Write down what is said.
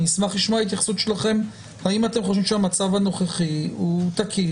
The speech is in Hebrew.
אני אשמח לשמוע התייחסות שלכם האם אתם חושבים שהמצב הנוכחי תקין.